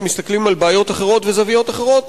שמסתכלים על בעיות אחרות וזוויות אחרות,